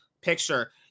picture